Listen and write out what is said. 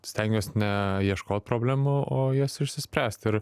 stengiuos ne ieškot problemų o jas išsispręst ir